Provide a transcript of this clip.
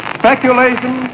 speculation